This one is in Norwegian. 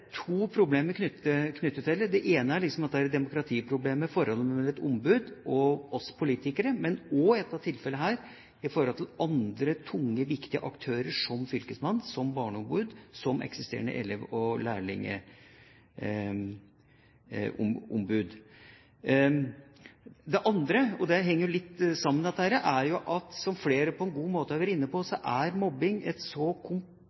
to problemer knyttet til det: Det ene er demokratiproblemet, forholdet mellom et ombud og oss politikere, men i dette tilfellet også forholdet til andre tunge viktige aktører, slik som fylkesmann, som barneombud, som eksisterende elev- og lærlingombud. Det andre – som henger litt sammen med dette, og som flere på en god måte har vært inne på – er at mobbing er et